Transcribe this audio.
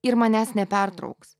ir manęs nepertrauks